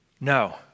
No